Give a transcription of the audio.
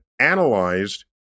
analyzed